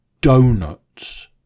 donuts